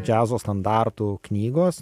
džiazo standartų knygos